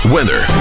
Weather